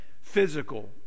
physical